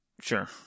sure